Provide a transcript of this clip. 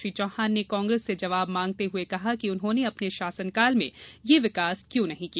श्री चौहान ने कांग्रेस से जबाब मांगते हुए कहा कि उन्होंने अपने शासनकाल मे ये विकास क्यों नही किया